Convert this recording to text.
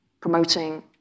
promoting